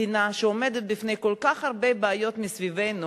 מדינה שעומדת בפני כל כך הרבה בעיות מסביבנו,